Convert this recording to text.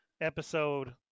episode